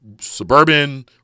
suburban